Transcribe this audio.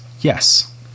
yes